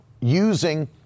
Using